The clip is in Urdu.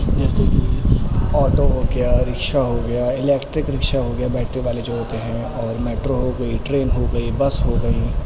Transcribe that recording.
جیسے کہ آٹو ہو گیا رکشہ ہو گیا الیکٹرک رکشہ ہو گیا بیٹری والے جو ہوتے ہیں اور میٹرو ہو گئی ٹرین ہو گئی بس ہو گئی